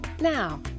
Now